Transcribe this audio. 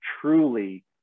truly